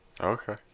Okay